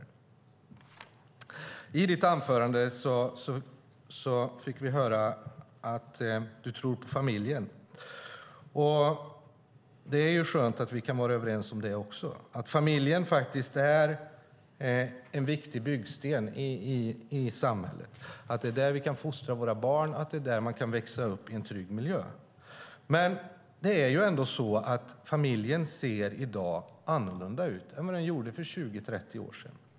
I Roland Utbults anförande fick vi höra att han tror på familjen. Det är skönt att vi kan vara överens om den saken också. Familjen är en viktig byggsten i samhället. Det är där vi kan fostra våra barn och där de kan växa upp i en trygg miljö. Men i dag ser familjen annorlunda ut än för 20-30 år sedan.